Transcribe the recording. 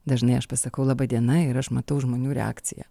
dažnai aš pasakau laba diena ir aš matau žmonių reakciją